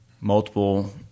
multiple